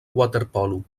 waterpolo